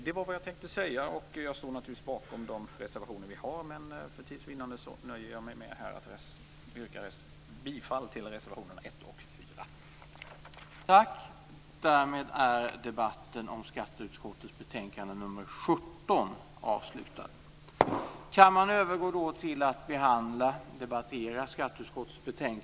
Jag står naturligtvis bakom alla våra reservationer men för tids vinnande nöjer jag mig med att yrka bifall till reservationerna 1 och 4.